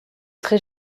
très